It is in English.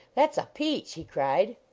that s a peach, he cried.